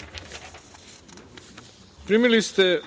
sredine. Primili ste